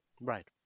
Right